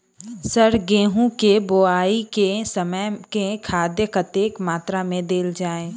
Sir गेंहूँ केँ बोवाई केँ समय केँ खाद कतेक मात्रा मे देल जाएँ?